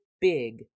big